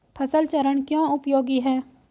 फसल चरण क्यों उपयोगी है?